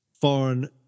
foreign